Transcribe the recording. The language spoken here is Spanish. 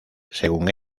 según